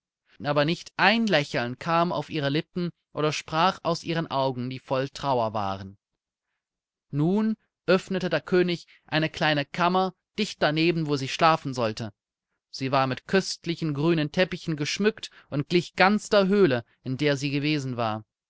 aber nicht ein lächeln kam auf ihre lippen oder sprach aus ihren augen die voll trauer waren nun öffnete der könig eine kleine kammer dicht daneben wo sie schlafen sollte sie war mit köstlichen grünen teppichen geschmückt und glich ganz der höhle in der sie gewesen war